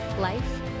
life